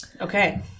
okay